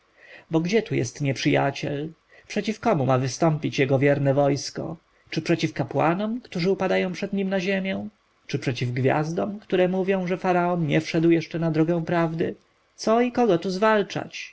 bo gdzie tu jest nieprzyjaciel przeciw komu ma wystąpić jego wierne wojsko czy przeciw kapłanom którzy upadają przed nim na ziemię czy przeciw gwiazdom które mówią że faraon nie wszedł jeszcze na drogę prawdy co i kogo tu zwalczać